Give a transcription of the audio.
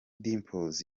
dimpoz